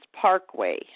Parkway